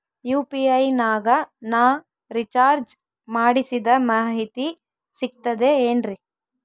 UPI ನಾಗ ನಾ recharge ಮಾಡಿಸಿದ ಮಾಹಿತಿ ಸಿಕ್ತದೆ ಏನ್ರಿ?